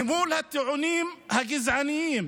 מול הטיעונים הגזעניים